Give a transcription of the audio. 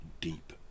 deep